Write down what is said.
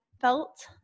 felt